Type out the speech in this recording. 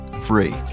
free